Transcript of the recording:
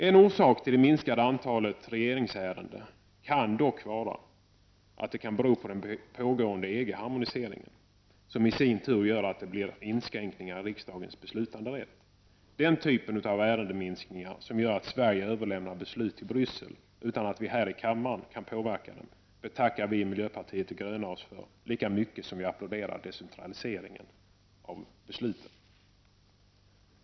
En orsak till det minskade antalet regeringsärenden kan dock vara den pågående EG-harmoniseringen, som i sin tur leder till inskränkningar i riks dagens beslutanderätt. Den typ av ärendeminskning som beror på att Sverige överlämnar beslut till Bryssel utan att vi här i kammaren kan påverka dem betackar vi oss för i miljöpartiet de gröna lika mycket som vi applåderar decentraliseringen av besluten.